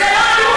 לא נכון,